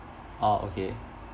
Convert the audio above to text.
orh okay